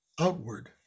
outward